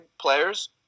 players